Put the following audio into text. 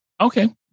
Okay